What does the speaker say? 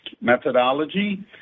methodology